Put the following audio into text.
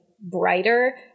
brighter